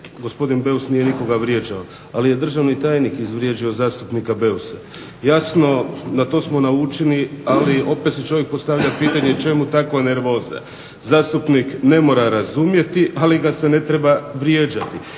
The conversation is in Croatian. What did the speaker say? gospodin Beus nije nikoga vrijeđao, ali je državni tajnik izvrijeđao zastupnika Beusa. Jasno na to smo naučeni, ali opet si čovjek postavlja pitanje čemu takva nervoza? Zastupnik ne mora razumjeti, ali ga se ne treba vrijeđati.